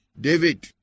David